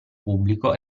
pubblico